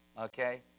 Okay